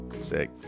Sick